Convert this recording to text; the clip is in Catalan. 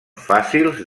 fàcils